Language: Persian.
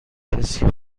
کسی